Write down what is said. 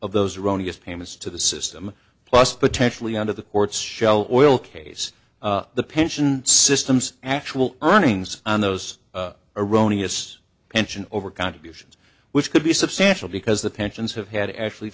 of those erroneous payments to the system plus potentially out of the courts shell oil case the pension systems actual earnings on those erroneous pension over contributions which could be substantial because the pensions have had actually